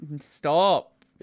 stop